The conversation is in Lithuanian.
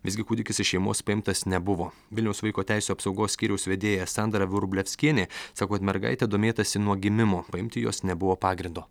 visgi kūdikis iš šeimos paimtas nebuvo vilniaus vaiko teisių apsaugos skyriaus vedėja sandra vrublevskienė sako kad mergaite domėtasi nuo gimimo paimti jos nebuvo pagrindo